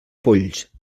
polls